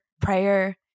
prayer